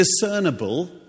discernible